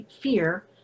fear